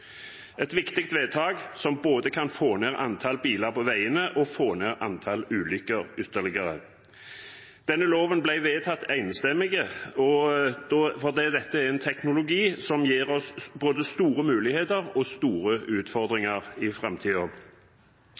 et viktig vedtak som både kan få ned antall biler på veiene og få ned antall ulykker ytterligere. Denne loven ble vedtatt enstemmig, og fordi dette er en teknologi som gir oss både store muligheter og store utfordringer i